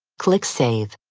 click save.